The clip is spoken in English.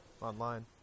online